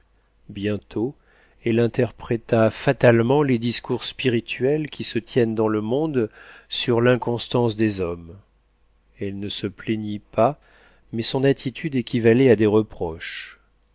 bientôt elle interpréta fatalement les discours spirituels qui se tiennent dans le monde sur l'inconstance des hommes elle ne se plaignit pas mais son attitude équivalait à des reproches